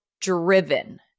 driven